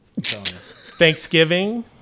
Thanksgiving